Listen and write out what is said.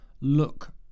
look